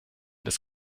das